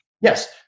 Yes